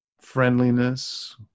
friendliness